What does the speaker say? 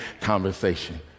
conversation